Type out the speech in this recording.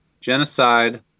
genocide